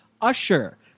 Usher